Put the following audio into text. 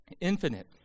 infinite